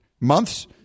months